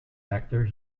actor